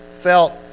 felt